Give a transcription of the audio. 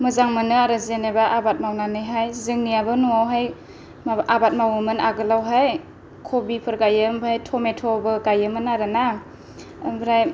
मोजां मोनो आरो जेनबा आबाद मावनानै हाय जोंनियाबो न'आव आबाद मावोमोन आगोलावहाय कभिफोर गायो आमफ्राय टमेट'बो गायोमोन आरो ना आमफ्राय